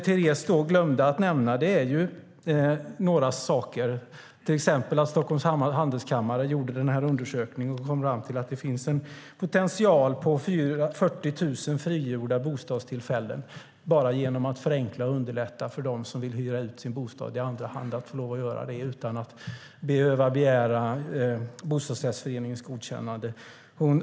Teres glömde att nämna några saker, till exempel att Stockholms Handelskammare gjorde den här undersökningen och kom fram till att det finns en potential på 40 000 frigjorda bostadstillfällen bara genom att förenkla och underlätta för dem som vill hyra ut sin bostad i andra hand i och med att man låter dem göra det utan att först behöva begära bostadsrättsföreningens godkännande.